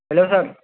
hello sir